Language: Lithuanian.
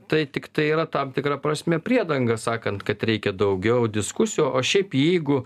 tai tiktai yra tam tikra prasme priedanga sakant kad reikia daugiau diskusijų o šiaip jeigu